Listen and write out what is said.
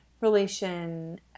relation